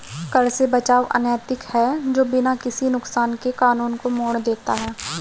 कर से बचाव अनैतिक है जो बिना किसी नुकसान के कानून को मोड़ देता है